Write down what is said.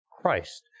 Christ